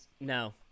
no